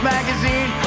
Magazine